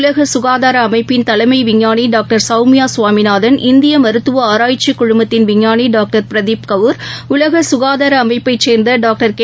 உலகசுகாதாரஅமைப்பின் தலைமைவிஞ்ஞானிடாக்டர் சௌமியாசுவாமிநாதன் இந்தியமருத்துவ ஆராய்ச்சிகவுன்சிலின் விஞ்ஞானிடாக்டர் பிரதீப் கவுர் உலகசுகாதாரஅமைப்பைசேர்ந்தடாக்டர் கே